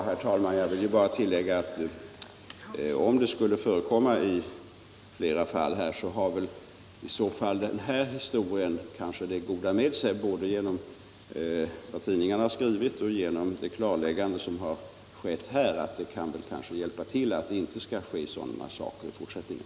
Herr talman! Jag vill bara tillägga att om liknande ingripanden förekommit i flera fall har väl den här historien åtminstone haft det goda med sig både genom vad tidningarna har skrivit och genom det klarläggande som har gjorts här att sådana saker inte kommer att inträffa i fortsättningen.